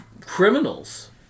criminals